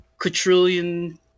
quadrillion